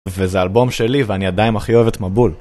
וזה אלבום שלי, ואני עדיין הכי אוהב את מבול.